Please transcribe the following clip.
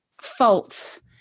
faults